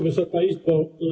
Wysoka Izbo!